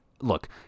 look